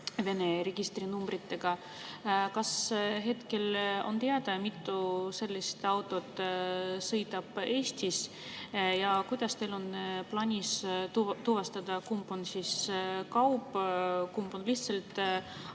Vene registrinumbriga. Kas hetkel on teada, mitu sellist autot sõidab Eestis? Kuidas teil on plaanis tuvastada, kumb on kaup, kumb on lihtsalt